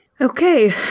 Okay